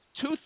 two